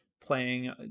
playing